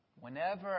Whenever